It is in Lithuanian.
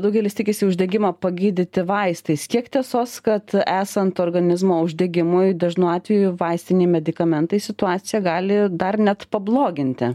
daugelis tikisi uždegimą pagydyti vaistais kiek tiesos kad esant organizmo uždegimui dažnu atveju vaistiniai medikamentai situaciją gali dar net pabloginti